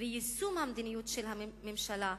ויישום המדיניות של הממשלה,